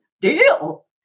deal